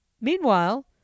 Meanwhile